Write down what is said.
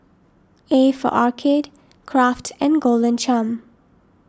A for Arcade Kraft and Golden Churn